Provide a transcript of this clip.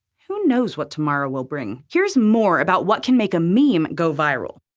who knows what tomorrow will bring? here's more about what can make a meme go viral.